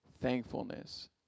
thankfulness